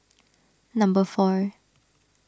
number four